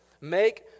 make